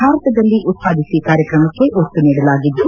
ಭಾರತದಲ್ಲಿ ಉತ್ಪಾದಿಸಿ ಕಾರ್ಯಕ್ರಮಕ್ಕೆ ಒತ್ತು ನೀಡಲಾಗಿದ್ದು